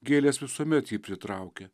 gėlės visuomet jį pritraukia